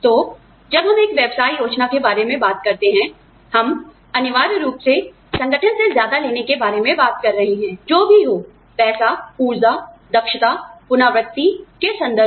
तो जब हम एक व्यवसाय योजना के बारे में बात करते हैं हम अनिवार्य रूप से संगठन से ज्यादा लेने के बारे में बात कर रहे हैं जो भी हो पैसे ऊर्जा दक्षता पुनरावृत्ति के संदर्भ में